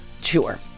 Sure